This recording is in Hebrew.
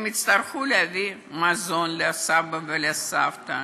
הם יצטרכו להביא מזון לסבא וסבתא.